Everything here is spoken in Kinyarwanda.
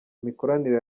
imikoranire